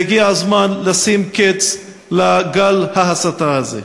והגיע הזמן לשים קץ לגל ההסתה הזה.